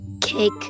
Cake